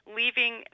leaving